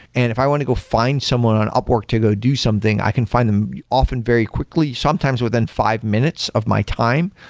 and if i want to go find someone on upwork to go do something, i can find them often very quickly. sometimes within five minutes of my time.